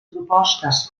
propostes